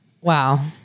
Wow